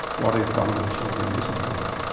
what if one of the children is a bully?